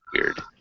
weird